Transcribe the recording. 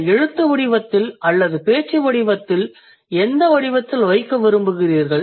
அதை எழுத்து வடிவத்தில் அல்லது பேச்சு வடிவத்தில் எந்த வடிவத்தில் வைக்க விரும்புகிறீர்கள்